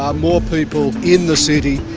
um more people in the city.